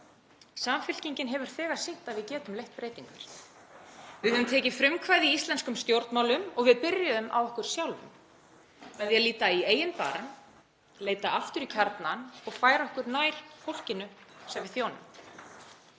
Samfylkingin hefur þegar sýnt að við getum leitt breytingar. Við höfum tekið frumkvæði í íslenskum stjórnmálum og við byrjuðum á okkur sjálfum með því að líta í eigin barm, leita aftur í kjarnann og færa okkur nær fólkinu sem við þjónum.